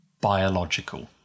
biological